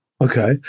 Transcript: Okay